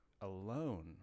alone